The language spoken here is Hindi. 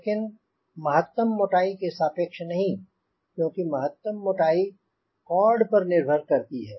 लेकिन महत्तम मोटाई के सापेक्ष नहीं क्योंकि महत्तम मोटाई कॉर्ड पर निर्भर करती है